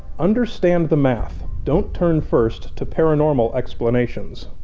understand the math, don't turn first to paranormal explanations.